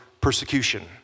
persecution